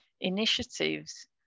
initiatives